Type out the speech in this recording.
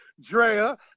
Drea